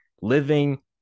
living